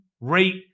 rate